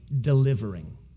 delivering